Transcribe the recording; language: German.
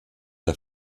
der